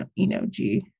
ENOG